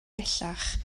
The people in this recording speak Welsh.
bellach